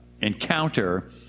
encounter